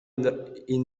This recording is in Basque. indartzeko